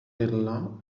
little